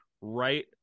right